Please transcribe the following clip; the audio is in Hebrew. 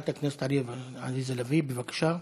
בבקשה.